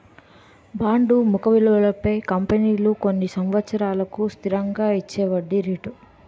bond ముఖ విలువపై కంపెనీలు కొన్ని సంవత్సరాలకు స్థిరంగా ఇచ్చేవడ్డీ రేటు